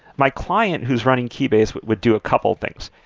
my client who is running keybase would do a couple things.